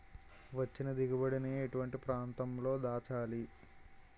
వచ్చిన దిగుబడి ని ఎటువంటి ప్రాంతం లో దాచాలి?